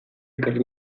ekarri